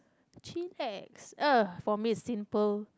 for me is simple